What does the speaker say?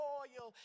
oil